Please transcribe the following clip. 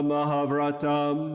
Mahavratam